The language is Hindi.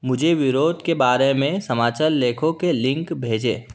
मुझे विरोध के बारे में समाचार लेखों के लिंक भेजें